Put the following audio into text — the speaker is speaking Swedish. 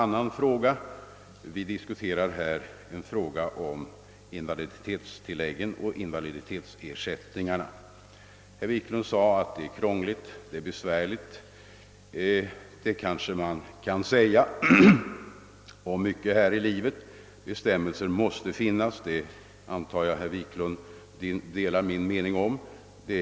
'Nu diskuterar vi emellertid invaliditetstilläggen och <invaliditetsersättningarna, och det är, sade herr Wiklund, ett besvärligt kapitel. Ja, det kan man väl säga om mycket här i livet. Men bestämmelser måste ju finnas; jag förutsätter att herr Wiklund delar den meningen.